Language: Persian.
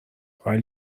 ولی